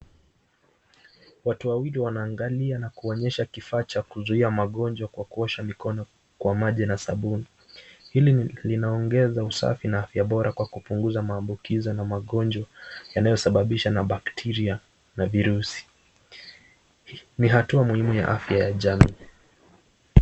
Watu wawili wanaangalia na kuonyesha wanaosha mikono kwa maji na sabuni hili linaongeza usafi na afya Bora kupunguza maambukizi na magonjwa yanayosababishwa na baktiria na virusi ni hatua muhumu ya afya ya jamii.